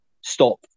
stop